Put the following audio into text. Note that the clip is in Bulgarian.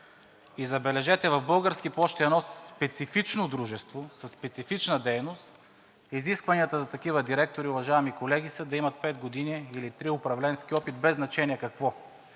И, забележете, в „Български пощи“ – едно специфично дружество със специфична дейност, изискванията за такива директори, уважаеми колеги, са да имат пет или три години управленски опит, без значение какво.